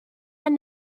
and